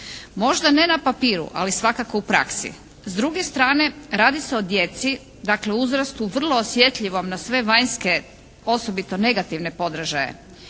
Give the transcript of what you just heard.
možda ne na papiru ali svakako u praksi. S druge strane, radi se o djeci, dakle uzrastu vrlo osjetljivom na sve vanjske osobito negativne podražaje.